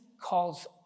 calls